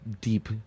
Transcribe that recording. deep